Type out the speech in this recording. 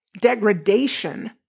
degradation